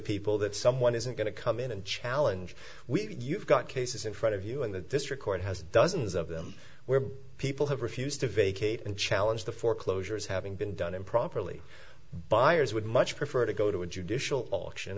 people that someone isn't going to come in and challenge we've you've got cases in front of you in the district court has dozens of them where people have refused to vacate and challenge the foreclosures having been done improperly buyers would much prefer to go to a judicial auction